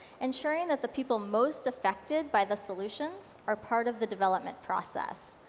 ensuring that the people most effected by the solutions are part of the development process.